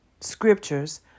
scriptures